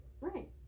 Right